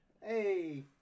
Hey